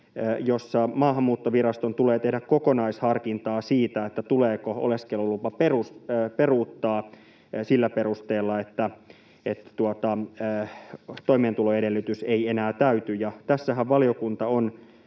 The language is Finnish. jossa Maahanmuuttoviraston tulee tehdä kokonaisharkintaa siitä, tuleeko oleskelulupa peruuttaa sillä perusteella, että toimeentuloedellytys ei enää täyty. Tässähän valiokunta on